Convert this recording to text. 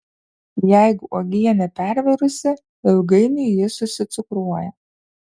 jeigu uogienė pervirusi ilgainiui ji susicukruoja